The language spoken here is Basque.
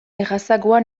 errazagoa